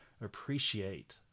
appreciate